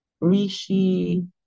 Rishi